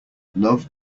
love